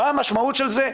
מה המשמעות של זה?